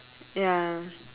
ya